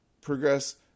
progress